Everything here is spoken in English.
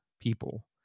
people